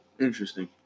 Interesting